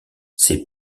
ses